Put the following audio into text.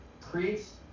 creates